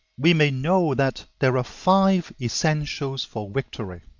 we may know that there are five essentials for victory